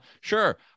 Sure